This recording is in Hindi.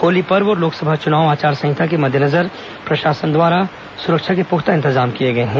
होली पर्व और लोकसभा चुनाव आचार संहिता के मद्देजनर प्रशासन द्वारा सुरक्षा के पुख्ता इंतजाम भी किए गए हैं